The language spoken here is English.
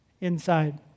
inside